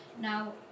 Now